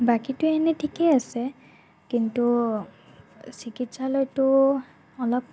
বাকীতো এনেই ঠিকেই আছে কিন্তু চিকিৎসালয়টো অলপ